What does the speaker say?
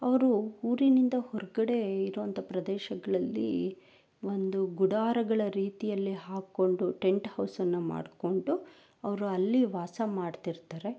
ಅವರು ಊರಿನಿಂದ ಹೊರ್ಗಡೆ ಇರುವಂಥ ಪ್ರದೇಶಗಳಲ್ಲಿ ಒಂದು ಗುಡಾರಗಳ ರೀತಿಯಲ್ಲಿ ಹಾಕ್ಕೊಂಡು ಟೆಂಟ್ ಹೌಸನ್ನು ಮಾಡಿಕೊಂಡು ಅವರು ಅಲ್ಲಿ ವಾಸ ಮಾಡ್ತಿರ್ತಾರೆ